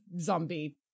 zombie